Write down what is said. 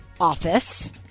office